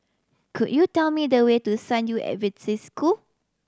could you tell me the way to San Yu School